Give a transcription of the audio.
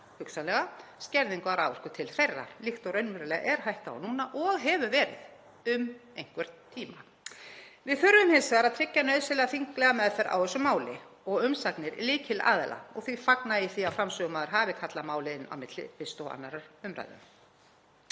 hugsanlega skerðingu á raforku til þeirra líkt og raunverulega er hætta á núna og hefur verið um einhvern tíma. Við þurfum hins vegar að tryggja nauðsynlega þinglega meðferð á þessu máli og umsagnir lykilaðila og því fagna ég því að framsögumaður hafi kallað málið inn á milli 1. og 2. umræðu.